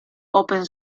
open